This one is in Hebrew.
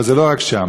אבל זה לא רק שם.